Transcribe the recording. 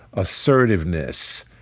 assertiveness,